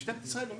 משטרת ישראל אומרת,